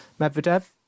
Medvedev